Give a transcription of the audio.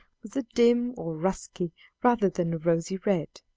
was a dim or dusky rather than a rosy red.